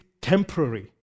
temporary